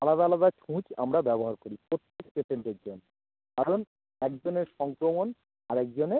আলাদা আলাদা ছুঁচ আমরা ব্যবহার করি প্রত্যেক পেশেন্টের জন্য কারণ একজনের সংক্রমণ আরেকজনের